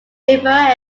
rivera